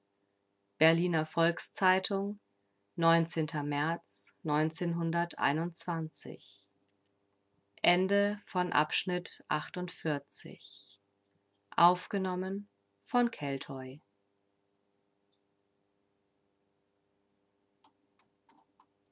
berliner volks-zeitung märz